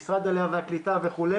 משרד העלייה והקליטה וכו',